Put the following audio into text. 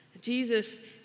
Jesus